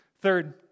Third